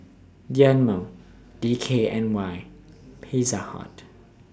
Dynamo D K N Y Pizza Hut